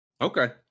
Okay